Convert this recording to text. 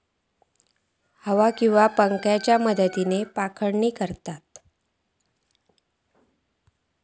हवा किंवा पंख्याच्या मदतीन पाखडणी करतत